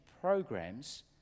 programs